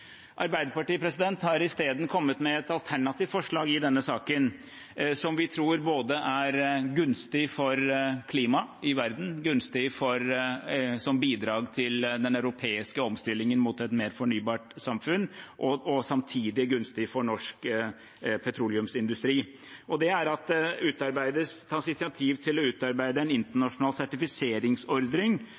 Arbeiderpartiet har isteden kommet med et alternativt forslag i denne saken som vi tror både er gunstig for klimaet i verden, gunstig som bidrag til den europeiske omstillingen mot et mer fornybart samfunn og samtidig gunstig for norsk petroleumsindustri. Det er at det tas initiativ til å utarbeide en internasjonal sertifiseringsordning